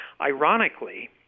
Ironically